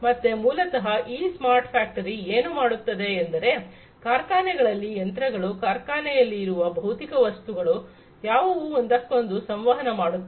ಮತ್ತೆ ಮೂಲತಹ ಈ ಸ್ಮಾರ್ಟ್ ಫ್ಯಾಕ್ಟರಿ ಏನು ಮಾಡುತ್ತದೆ ಎಂದರೆ ಕಾರ್ಖಾನೆಗಳಲ್ಲಿನ ಯಂತ್ರಗಳು ಕಾರ್ಖಾನೆಯಲ್ಲಿ ರುವ ಭೌತಿಕ ವಸ್ತುಗಳು ಯಾವುವು ಒಂದಕ್ಕೊಂದು ಸಂವಹನ ಮಾಡುತ್ತದೆ